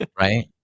right